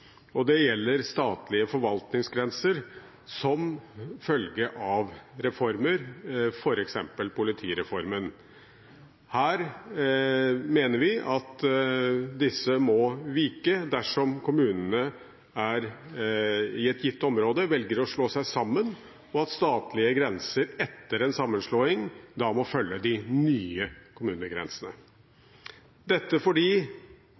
og det gjelder statlige forvaltningsgrenser som følge av reformer, f.eks. politireformen. Her mener vi at disse må vike dersom kommunene i et gitt område velger å slå seg sammen. Statlige grenser må etter en sammenslåing følge de nye kommunegrensene, dette fordi